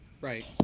right